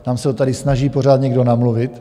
Nám se to tady snaží pořád někdo namluvit.